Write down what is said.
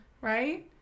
Right